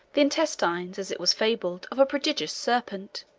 the intestines, as it was fabled, of a prodigious serpent.